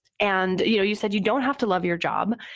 and you know you said you don't have to love your job,